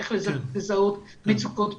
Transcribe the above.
איך לזהות מצוקות ברשת,